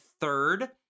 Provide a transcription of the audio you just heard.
third